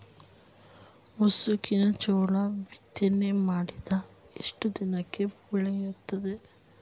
ಮುಸುಕಿನ ಜೋಳ ಬಿತ್ತನೆ ಮಾಡಿದ ಎಷ್ಟು ದಿನಕ್ಕೆ ಬೆಳೆಯುತ್ತದೆ?